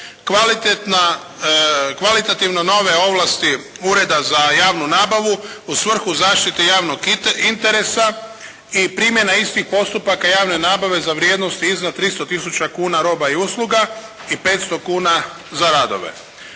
Kvalitativno nove ovlasti Ureda za javnu nabavu u svrhu zaštite javnog interesa i primjena istih postupaka javne nabave za vrijednosti iznad 300 000 kuna roba i usluga i 500 kuna za radove.